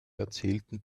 erzählten